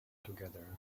together